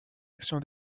action